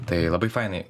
tai labai fainai